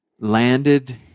Landed